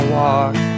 walk